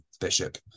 Bishop